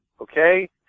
okay